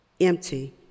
empty